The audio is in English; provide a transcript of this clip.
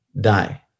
die